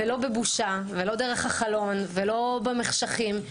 ולא בבושה ולא דרך החלון ולא במחשכים,